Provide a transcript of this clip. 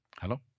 Hello